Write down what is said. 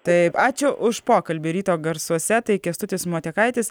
taip ačiū už pokalbį ryto garsuose tai kęstutis motiekaitis